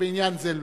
שבעניין זה לא,